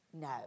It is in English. No